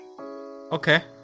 Okay